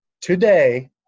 today